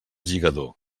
lligador